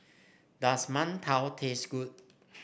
does mantou taste good